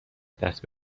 دست